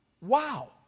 Wow